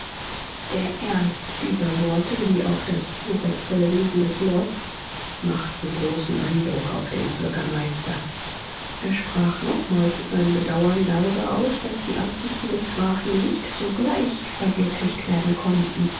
der ernst dieser worte wie auch das hoheitsvolle wesen des lords machten großen eindruck auf den bürgermeister er sprach nochmals sein bedauern darüber aus daß die absichten des grafen nicht sogleich verwirklicht werden konnten